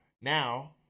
Now